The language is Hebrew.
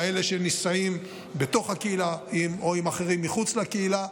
כאלה שנישאים בתוך הקהילה או עם אחרים מחוץ לקהילה,